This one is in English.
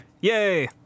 Yay